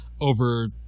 over